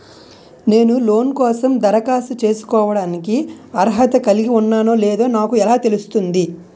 నేను లోన్ కోసం దరఖాస్తు చేసుకోవడానికి అర్హత కలిగి ఉన్నానో లేదో నాకు ఎలా తెలుస్తుంది?